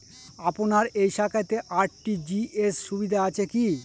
আপনার এই শাখাতে আর.টি.জি.এস সুবিধা আছে কি?